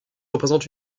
représente